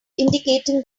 indicating